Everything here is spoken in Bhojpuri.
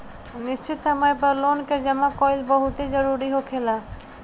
निश्चित समय पर लोन के जामा कईल बहुते जरूरी होखेला